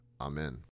Amen